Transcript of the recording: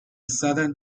southern